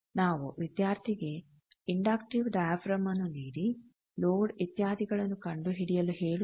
ನಾವು ವಿದ್ಯಾರ್ಥಿಗೆ inductive diaphragm ನ್ನು ನೀಡಿ ಲೋಡ್ ಇತ್ಯಾದಿಗಳನ್ನು ಕಂಡುಹಿಡಿಯಲು ಹೇಳುತ್ತೇವೆ